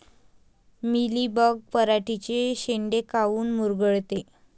Mealybug पराटीचे चे शेंडे काऊन मुरगळते?